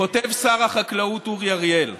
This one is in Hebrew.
כותב שר החקלאות אורי אריאל: